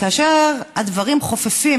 וכאשר הדברים חופפים,